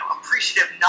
appreciative